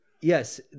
yes